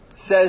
says